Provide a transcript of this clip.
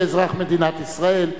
כאזרח מדינת ישראל,